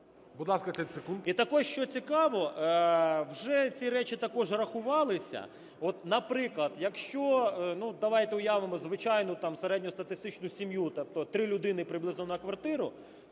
І також, що цікаво, вже ці речі також рахувалися. От, наприклад, якщо, ну, давайте уявимо звичайну там середньостатистичну сім'ю, тобто три людини приблизно на квартиру,